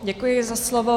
Děkuji za slovo.